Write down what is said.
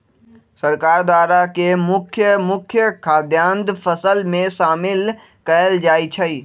सरकार द्वारा के मुख्य मुख्य खाद्यान्न फसल में शामिल कएल जाइ छइ